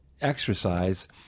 exercise